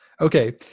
Okay